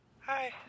Hi